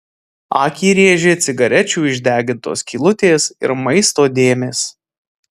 akį rėžė cigarečių išdegintos skylutės ir maisto dėmės